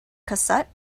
cassette